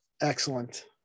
Excellent